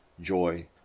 joy